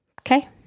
Okay